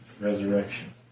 resurrection